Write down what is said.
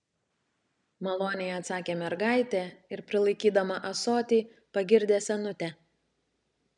maloniai atsakė mergaitė ir prilaikydama ąsotį pagirdė senutę